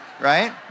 right